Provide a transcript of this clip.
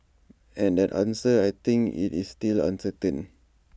and that answer I think is still uncertain